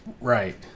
Right